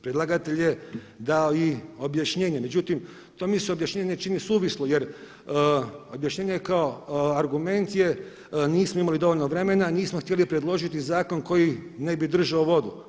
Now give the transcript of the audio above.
Predlagatelj je dao i objašnjenje, međutim to mi se objašnjenje ne čini suvislo jer objašnjenje kao argument je, nismo imali dovoljno vremena, nismo htjeli predložiti zakon koji ne bi držao vodu.